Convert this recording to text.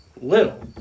Little